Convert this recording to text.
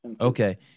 Okay